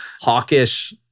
hawkish